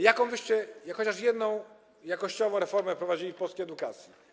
Jaką wyście, chociaż jedną, jakościową reformę wprowadzili w polskiej edukacji?